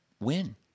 win